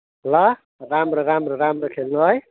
ल राम्रो राम्रो राम्रो खेल्नु है